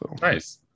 nice